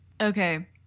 Okay